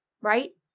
right